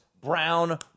Brown